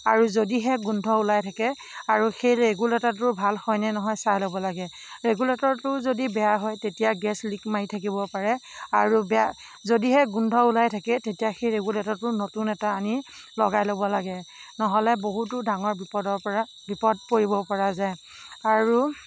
আৰু যদিহে গোন্ধ ওলাই থাকে আৰু সেই ৰেগুলেটৰটো ভাল হয় নে নহয় চাই ল'ব লাগে ৰেগুলেটৰটো যদি বেয়া হয় তেতিয়া গেছ লীক মাৰি থাকিব পাৰে আৰু বেয়া যদিহে গোন্ধ ওলায় থাকে তেতিয়া সেই ৰেগুলেটৰটো নতুন এটা আনি লগাই ল'ব লাগে নহ'লে বহুতো ডাঙৰ বিপদৰ পৰা বিপদ পৰিব পৰা যায় আৰু